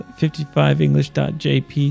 55english.jp